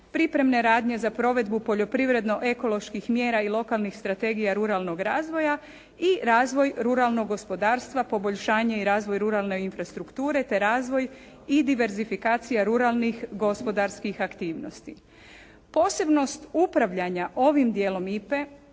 pripremne radnje za provedbu poljoprivredno-ekoloških mjera i lokalnih strategija ruralnog razvoja i razvoj ruralnog gospodarstva, poboljšanje i razvoj ruralne infrastrukture te razvoj i diversifikacija ruralnih gospodarskih aktivnosti. Posebnost upravljanja ovim dijelom IPA-e